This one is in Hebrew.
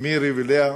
מירי ולאה,